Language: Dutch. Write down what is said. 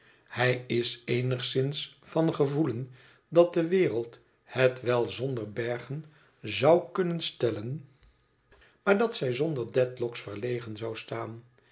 hij is eenigszins van gevoelen dat de wereld het wel zonder bergen zou kunnen stellen maar dat zij zonder dedlock's verlegen zou staan